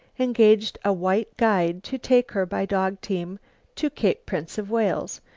engaged a white guide to take her by dog team to cape prince of wales,